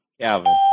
Calvin